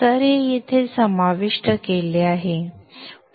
तर हे येथे समाविष्ट केले आहे